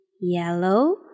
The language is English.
yellow